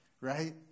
right